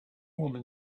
woman